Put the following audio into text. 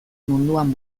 munduan